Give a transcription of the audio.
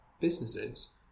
businesses